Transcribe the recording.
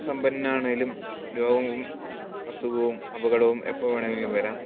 സമ്പന്നനാണെങ്കിലും രോഗവും അസുഖവും അപകടവും എപ്പോൾ വേണമെങ്കിലും വരാം